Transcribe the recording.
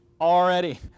already